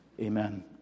Amen